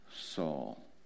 Saul